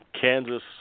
Kansas